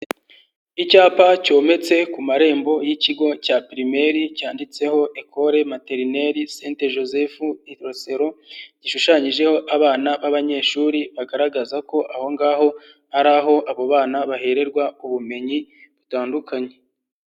Icyapa cyometse ku marembo y'ikigo cya pirimeri cyanditseho: ekore materineri sente josefu Rwesero, gishushanyijeho abana b'abanyeshuri bigaragaza ko aho ngaho ahari aho abo bana bahererwa ubumenyi butandukanye.